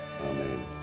Amen